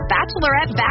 Bachelorette